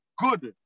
good